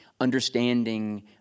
understanding